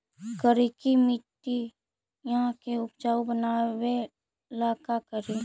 करिकी मिट्टियां के उपजाऊ बनावे ला का करी?